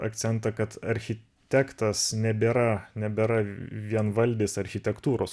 akcentą kad architektas nebėra nebėra vienvaldis architektūros